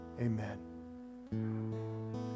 Amen